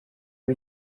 aba